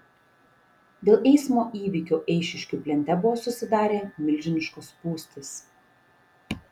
dėl eismo įvykio eišiškių plente buvo susidarę milžiniškos spūstys